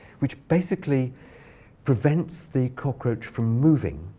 which basically prevents the cockroach from moving,